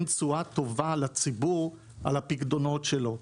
תשואה טובה לציבור על הפיקדונות שלו,